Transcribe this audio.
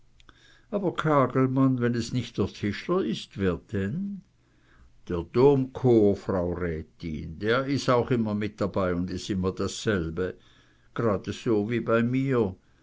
aber kagelmann wenn es nicht der tischler ist wer denn der domchor frau rätin der is auch immer mit dabei un is immer dasselbe jradeso wie bei mir